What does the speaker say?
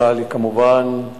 צה"ל, כמובן,